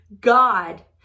God